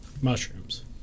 mushrooms